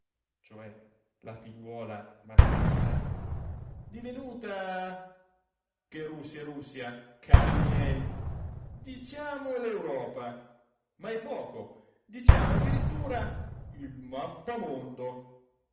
figliuola margherita divenuta che russia e russia cari miei diciamo l'europa ma è poco diciamo addirittura il mappamondo